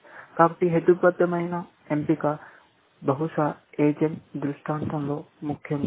కాబట్టి హేతుబద్ధమైన ఎంపిక బహుళ ఏజెంట్ దృష్టాంతంలో ముఖ్యంగా